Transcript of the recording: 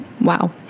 wow